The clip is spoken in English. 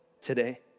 today